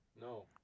No